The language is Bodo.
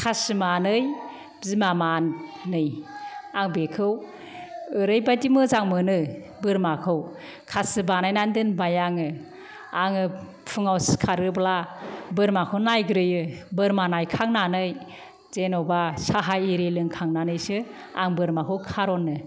खासि मानै बिमा मानै आं बेखौ ओरैबादि मोजां मोनो बोरमाखौ खासि बानायनानै दोनबाय आङो आङो फुङाव सिखारोब्ला बोरमाखौ नायग्रोयो बोरमा नायखांनानै जेन'बा साहा एरि लोंखांनानैसो आं बोरमाखौ खार'नो